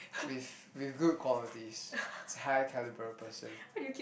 with with good qualities is high calibre person